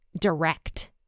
direct